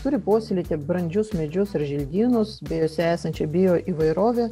turi puoselėti brandžius medžius ir želdynus bei juose esančio bijo įvairovė